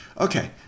Okay